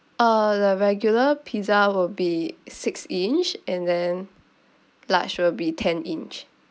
uh the regular pizza will be six inch and then large will be ten inch